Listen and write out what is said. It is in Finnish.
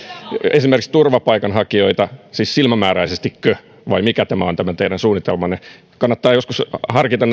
esimerkiksi turvapaikanhakijoita siis silmämääräisestikö vai mikä tämä teidän suunnitelmanne on kannattaa joskus harkita